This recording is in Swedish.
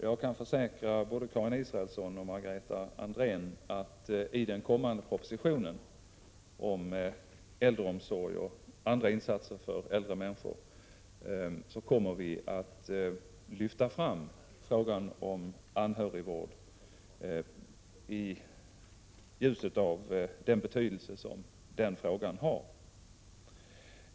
Jag kan försäkra både Karin Israelsson och Margareta Andrén om att vi i den kommande propositionen om äldreomsorg och andra insatser för äldre människor kommer att lyfta fram frågan om anhörigvård i ljuset av den betydelse som den har.